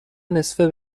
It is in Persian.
نصفه